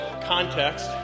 Context